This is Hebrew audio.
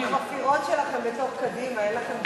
בחפירות שלכם בתוך קדימה אין לכם גבולות.